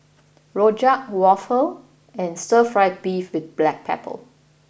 Rojak Waffle and Stir Fry Beef with Black Pepper